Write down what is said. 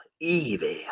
Evil